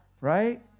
Right